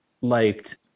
liked